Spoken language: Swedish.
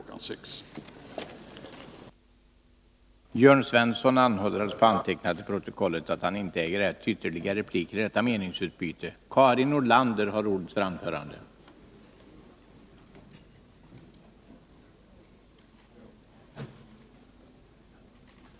18.00.